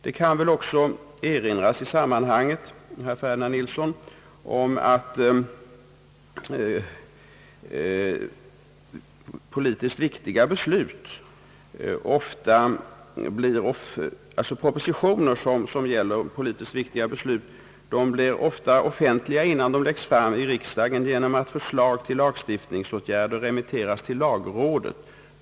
Det kan väl också i sammanhanget erinras om, herr Ferdinand Nilsson, att propositioner som gäller politiskt viktiga beslut ofta blir offentliga innan de läggs fram i riksdagen på grund av att förslag till lagstiftningsåtgärder remitteras till lagrådet.